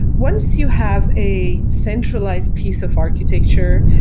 once you have a centralized piece of architecture,